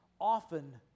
often